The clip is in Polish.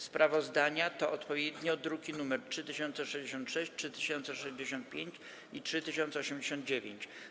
Sprawozdania to odpowiednio druki nr 3066, 3065 i 3089.